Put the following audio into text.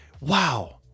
Wow